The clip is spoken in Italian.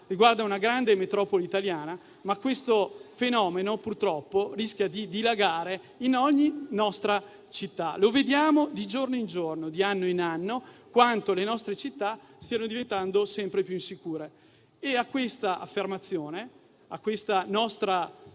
città, una grande metropoli italiana, ma il fenomeno, purtroppo, rischia di dilagare in ogni nostra città. Vediamo di giorno in giorno, di anno in anno, quanto le nostre città stiano diventando sempre più insicure. A questa affermazione e a questa nostra